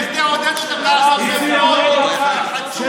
לך תעודד אותם לעשות מהומות, יא חצוף.